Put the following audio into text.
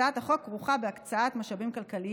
הצעת החוק כרוכה בהקצאת משאבים כלכליים